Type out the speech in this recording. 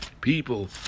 People